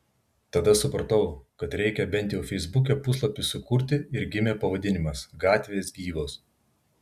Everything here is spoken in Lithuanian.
tada supratau kad reikia bent jau feisbuke puslapį sukurti ir gimė pavadinimas gatvės gyvos